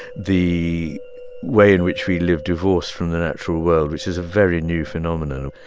the way in which we live divorced from the natural world, which is a very new phenomenon.